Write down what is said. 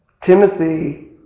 Timothy